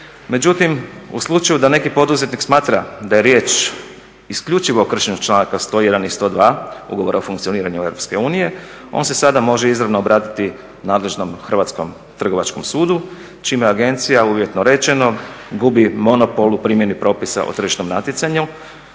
Međutim u slučaju da neki poduzetnik smatra da je riječ isključivo o kršenju članaka 101.i 102. Ugovora o funkcioniranju EU on se sada može izravno obratiti nadležnom Hrvatskom trgovačkom sudu čime agencija uvjetno rečeno gubi monopol u primjeni propisa o tržišnom natjecanju.